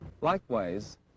Likewise